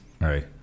Right